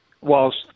whilst